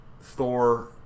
Thor